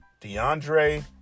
DeAndre